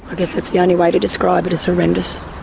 guess it's the only way to describe it it's horrendous.